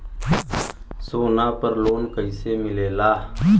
सोना पर loan कइसे मिलेला?